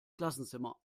klassenzimmer